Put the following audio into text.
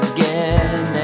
Again